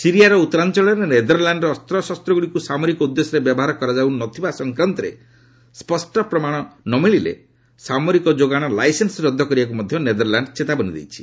ସିରିଆର ଉତ୍ତରାଞ୍ଚଳରେ ନେଦରଲ୍ୟାଣ୍ଡର ଅସ୍ତ୍ରଶସ୍ତଗୁଡ଼ିକୁ ସାମରିକ ଉଦ୍ଦେଶ୍ୟରେ ବ୍ୟବହାର କରାଯାଉନଥିବା ସଂକ୍ରାନ୍ତରେ ସ୍ୱଷ୍ଟ ପ୍ରମାଣ ନ ମିଳିଲେ ସାମରିକ ଯୋଗାଣ ଲାଇସେନ୍ସ ରଦ୍ଦ କରିବାକୁ ମଧ୍ୟ ନେଦରଲ୍ୟାଣ୍ଡ ଚେତାବନୀ ଦେଇଛି